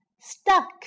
stuck